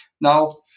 Now